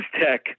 Tech